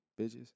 Bitches